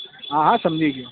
હા હા સમજી ગયો